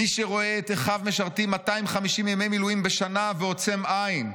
מי שרואה את אחיו משרתים 250 ימי מילואים בשנה ועוצם עין,